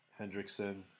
Hendrickson